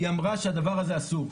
היא אמרה שהדבר הזה אסור,